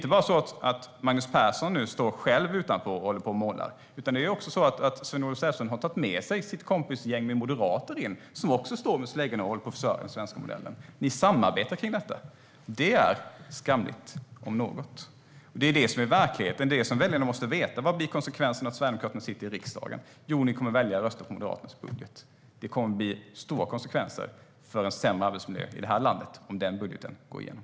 Nu står inte bara Magnus Persson själv och målar på huset, utan Sven-Olof Sällström har tagit med sig sitt kompisgäng med moderater som också står med släggan och håller på att förstöra den svenska modellen. Ni samarbetar kring detta. Det, om något, är skamligt. Det är det som är verkligheten och det som väljarna måste få veta. Vad blir konsekvenserna om Sverigedemokraterna sitter i riksdagen? Jo, ni kommer att välja att rösta på Moderaternas budget. Det kommer att bli stora konsekvenser, nämligen försämrad arbetsmiljö i det här landet om den budgeten går igenom.